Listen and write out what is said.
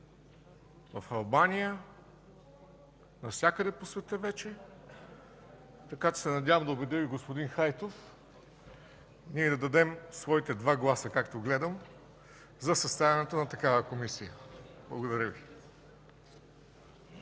в Албания, навсякъде по света вече. Надявам се да убедя и господин Хайтов да дадем своите два гласа, както гледам, за съставянето на такава комисия. Благодаря Ви.